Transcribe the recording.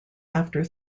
after